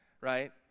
right